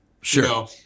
Sure